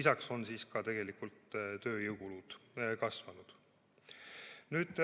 Lisaks on ka tegelikult tööjõukulud kasvanud. Nüüd,